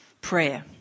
prayer